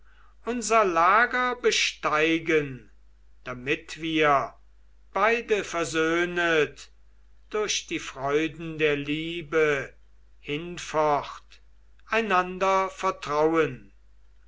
unser lager besteigen damit wir beide versöhnet durch die freuden der liebe hinfort einander vertrauen